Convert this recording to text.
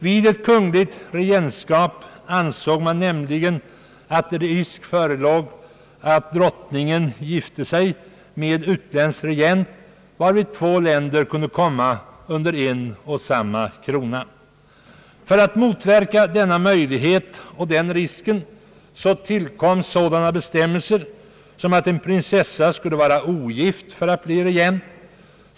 Vid ett kvinnligt regentskap ansåg man nämligen att risk förelåg att drottningen gifte sig med utländsk regent, varvid två länder kunde komma under en och samma krona. För att minska denna möjlighet och denna risk tillkom sådana bestämmelser som att en prinsessa skulle vara ogift för att få bli regent.